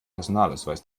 personalausweis